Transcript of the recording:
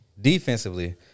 defensively